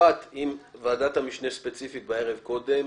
אחת עם ועדת המשנה ספציפית בערב קודם,